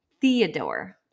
Theodore